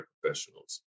professionals